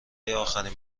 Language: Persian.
آخرین